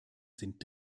sind